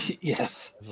yes